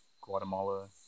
Guatemala